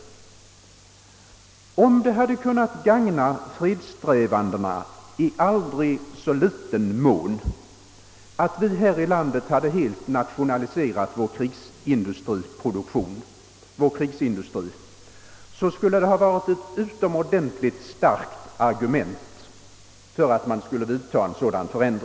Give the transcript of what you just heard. Om det hade kunnat gagna fredssträvandena i aldrig så liten mån att vi här i landet helt nationaliserade vår krigsmaterielindustri, så skulle detta ha varit ett utomordentligt starkt argument för att vidta en sådan åtgärd.